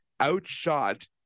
Outshot